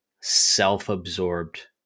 self-absorbed